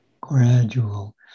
gradual